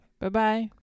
Bye-bye